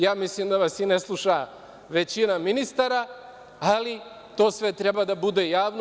Ja mislim da vas i ne sluša većina ministara, ali to sve treba da bude javno.